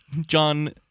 john